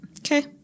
okay